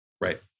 Right